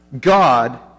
God